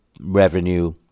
revenue